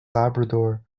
labrador